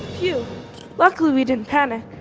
luckily we didn't panic.